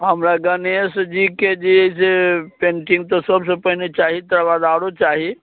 हँ हमरा गणेश जीके जे एहिसे पेन्टिङ्ग तऽ सभसँ पहिने चाही तकरा बाद आओरो चाही